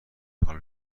حال